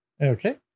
Okay